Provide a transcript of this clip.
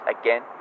Again